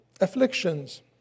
Afflictions